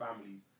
families